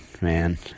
man